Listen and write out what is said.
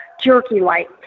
jerky-like